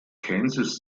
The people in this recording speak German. kansas